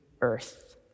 earth